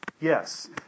Yes